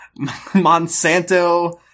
Monsanto